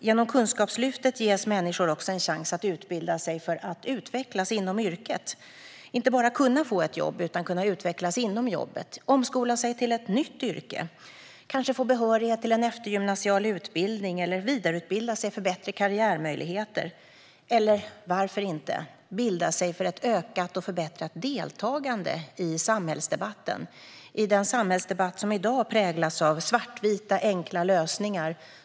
Genom Kunskapslyftet ges människor en chans att utbilda sig för att utvecklas inom yrket. Det handlar om att inte bara kunna få ett jobb utan kunna utvecklas inom jobbet, till exempel omskola sig till ett nytt yrke, få behörighet till en eftergymnasial utbildning, vidareutbilda sig för bättre karriärmöjligheter eller varför inte bilda sig för ett ökat och förbättrat deltagande i samhällsdebatten. Samhällsdebatten i dag präglas av svartvita enkla lösningar.